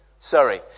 Sorry